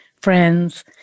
friends